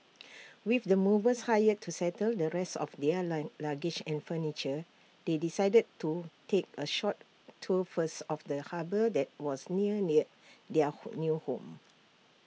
with the movers hired to settle the rest of their long luggage and furniture they decided to take A short tour first of the harbour that was near their their home new home